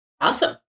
Awesome